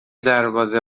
دربازه